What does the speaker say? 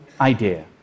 idea